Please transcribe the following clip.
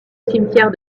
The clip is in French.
cimetière